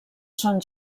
son